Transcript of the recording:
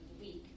week